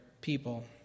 people